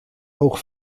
oog